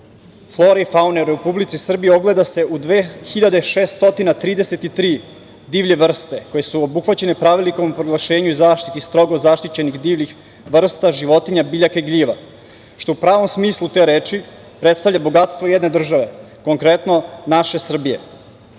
flore i faune u Republici Srbiji ogleda se u 2.633 divlje vrste koje su obuhvaćene Pravilnikom o proglašenju i zaštiti strogo zaštićenih i zaštićenih divljih vrsta životinja, biljaka i gljiva, što u pravom smislu te reči predstavlja bogatstvo jedne države, konkretno naše Srbije.